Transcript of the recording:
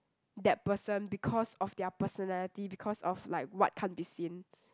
that person because of their personality because of like what can't be seen